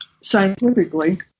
scientifically